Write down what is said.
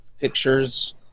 pictures